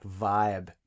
vibe